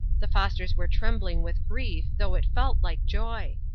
the fosters were trembling with grief, though it felt like joy.